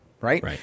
Right